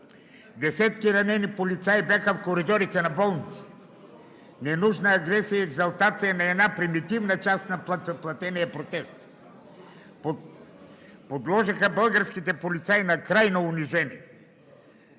Десетки ранени полицаи бяха в коридорите на болниците. Ненужна агресия и екзалтация на една примитивна част на платения протест! Подложиха българските полицаи на крайно унижение.